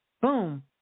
boom